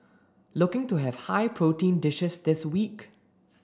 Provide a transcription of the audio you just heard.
looking to have high protein dishes this week